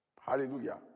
Hallelujah